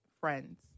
friends